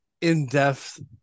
in-depth